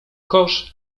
kosz